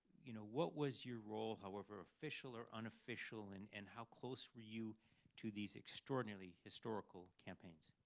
you know what was your role, however official or unofficial, and and how close were you to these extraordinary historical campaigns?